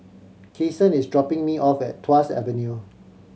Kason is dropping me off at Tuas Avenue